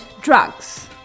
drugs